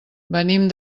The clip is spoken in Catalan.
venim